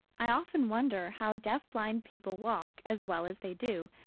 i often wonder how deaf-blind people walk as well as they do,